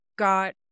got